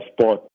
sport